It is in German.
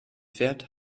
fährt